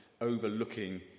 overlooking